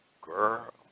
Girl